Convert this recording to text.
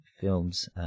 films